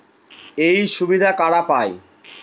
এই সুবিধা কারা পায়?